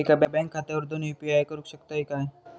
एका बँक खात्यावर दोन यू.पी.आय करुक शकतय काय?